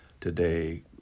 today